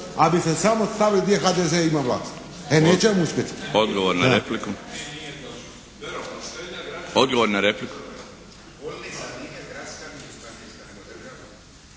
bi se samo stavili gdje HDZ ima vlast. E neće vam uspjeti.